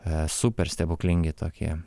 a super stebuklingi tokie